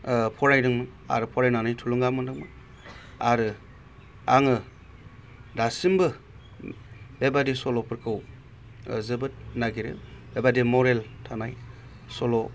फरायदोंमोन आरो फरायनानै थुलुंगा मोनदोंमोन आरो आङो दासिमबो बेबादि सल'फोरखौ जोबोर नागिरो बेबादि मरेल थानाय सल'